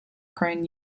crane